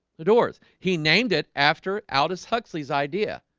the doors? he named it after aldous huxley's idea